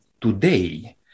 today